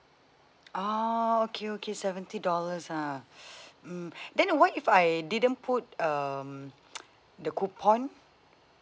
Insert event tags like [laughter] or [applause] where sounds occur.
oh okay okay seventy dollars ah [breath] mm [breath] then what if I didn't put um [noise] the coupon